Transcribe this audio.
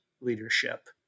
leadership